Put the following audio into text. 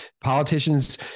Politicians